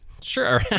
Sure